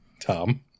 Tom